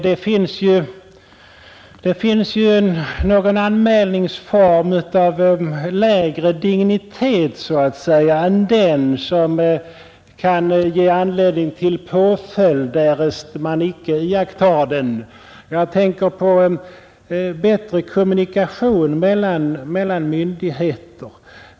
Det finns ju en anmälningsform av så att säga lägre dignitet än den som kan ge anledning till påföljd därest man icke iakttar den. Jag tänker på bättre kommunikation mellan myndigheter.